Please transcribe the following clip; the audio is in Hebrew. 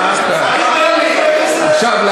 עכשיו,